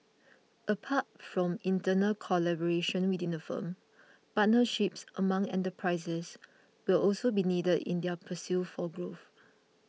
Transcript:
apart from internal collaboration within the firm partnerships among enterprises will also be needed in their pursuit for growth